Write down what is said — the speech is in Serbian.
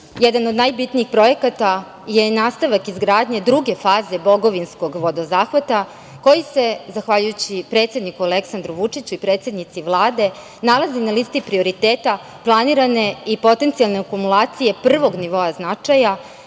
jedan od najbitnijih projekata je i nastavak izgradnje druge faze Bogovinskog vodozahvata koji se, zahvaljujući predsedniku Aleksandru Vučiću i predsednici Vlade, nalazi na listi prioriteta planirane i potencijalne akumulacije prvog nivoa značaja